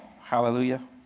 hallelujah